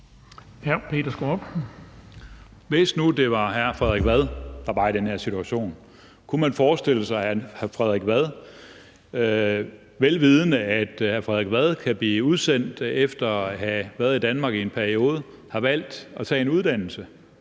Hvis nu det var hr. Frederik Vad, der var i den her situation, kunne man så forestille sig, at hr. Frederik Vad, vel vidende at hr. Frederik Vad kunne blive udsendt efter at have været i Danmark i en periode, havde valgt at tage en uddannelse,